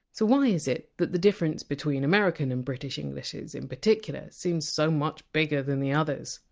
so why is it that the difference between american and british englishes in particular seems so much bigger than the others?